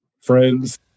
friends